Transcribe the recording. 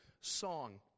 song